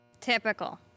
Typical